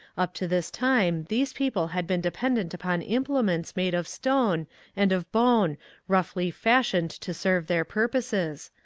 up to this time these people had been dependent upon implements made of stone and of bone roughly fashioned to serve their purposes,